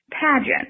pageant